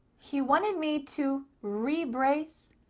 he wanted me to re-brace,